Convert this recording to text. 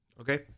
okay